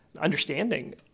understanding